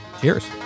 Cheers